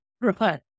right